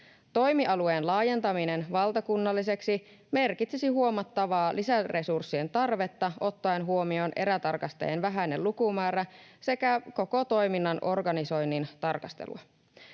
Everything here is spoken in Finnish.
Toimialueen laajentaminen valtakunnalliseksi merkitsisi huomattavaa lisäresurssien tarvetta ottaen huomioon erätarkastajien vähäinen lukumäärä sekä koko toiminnan organisoinnin tarkastelua.